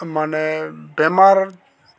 মানে বেমাৰ